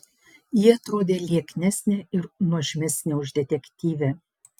ji atrodė lieknesnė ir nuožmesnė už detektyvę